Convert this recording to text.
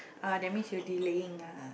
ah that means you're delaying lah